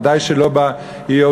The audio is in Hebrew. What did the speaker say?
בוודאי שלא ב-OECD,